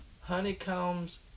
Honeycombs